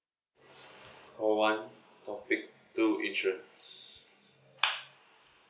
call one topic two insurance